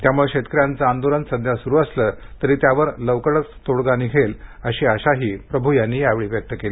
त्यामुळे शेतकऱ्यांचं आंदोलन सध्या सुरू असलं तरी त्यावर लवकरच तोडगा निघेल अशी आशाही प्रभू यांनी यावेळी व्यक्त केली